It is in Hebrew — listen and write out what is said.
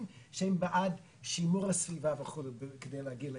שהם בעד שימור הסביבה וכו' כדי להגיע לאיזון.